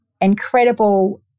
incredible